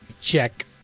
check